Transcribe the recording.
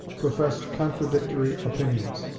professed contradictory opinions.